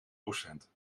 procent